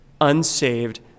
unsaved